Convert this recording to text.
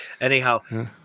Anyhow